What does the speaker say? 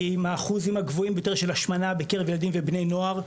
עם האחוזים הגבוהים ביותר של השמנה בקרב ילדים ובני נוער,